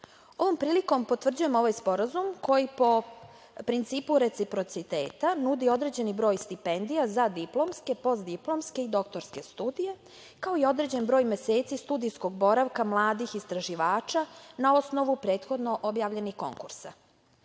prilikom potvrđujemo ovaj sporazum koji, po principu reciprociteta, nudi određeni broj stipendija za diplomske, postdiplomske i doktorske studije, kao i određen broj meseci studijskog boravka mladih istraživača na osnovu prethodno objavljenih